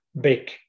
big